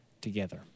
together